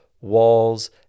walls